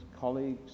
colleagues